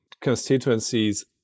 constituencies